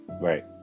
right